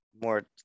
more